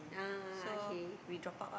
ah okay